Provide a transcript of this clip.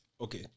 Okay